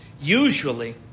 Usually